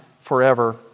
forever